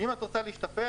אם את רוצה להשתפר,